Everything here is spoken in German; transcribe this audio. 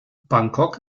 bangkok